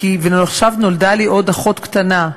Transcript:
ועכשיו נולדה לי עוד אחות קטנה,